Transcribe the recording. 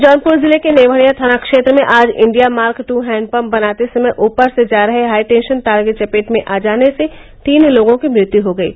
जौनपुर जिले के नेवढिया थाना क्षेत्र में आज इण्डिया मार्क ट् हैण्डपम्प बनाते समय ऊपर से जा रहे हाई टेंशन तार के चपेट में आ जाने से तीन लोगों की मृत्यु हो गयी